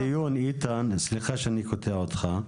סליחה שאני קוטע אותך,